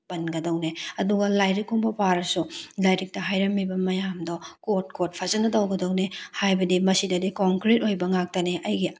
ꯄꯟꯗꯧꯅꯦ ꯑꯗꯨꯒ ꯂꯥꯏꯔꯤꯛꯀꯨꯝꯕ ꯄꯥꯔꯁꯨ ꯂꯥꯏꯔꯤꯛꯇ ꯍꯥꯏꯔꯝꯂꯤꯕ ꯃꯌꯥꯝꯗꯣ ꯀꯣꯠ ꯀꯣꯠ ꯐꯖꯅ ꯇꯧꯒꯗꯧꯕꯅꯦ ꯍꯥꯏꯕꯗꯤ ꯃꯁꯤꯗꯗꯤ ꯀꯣꯟꯀ꯭ꯔꯤꯠ ꯑꯣꯏꯕ ꯉꯥꯛꯇꯅꯦ ꯑꯩꯒꯤ